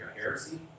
heresy